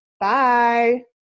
Bye